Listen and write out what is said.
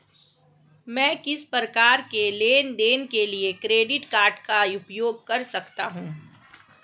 मैं किस प्रकार के लेनदेन के लिए क्रेडिट कार्ड का उपयोग कर सकता हूं?